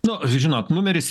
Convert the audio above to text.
nu žinot numeris